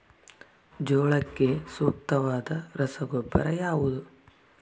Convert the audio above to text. ಜೋಳಕ್ಕೆ ಸೂಕ್ತವಾದ ರಸಗೊಬ್ಬರ ಯಾವುದು?